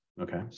Okay